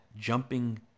jumping